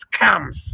comes